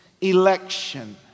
election